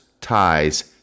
ties